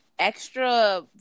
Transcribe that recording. extra